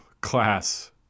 class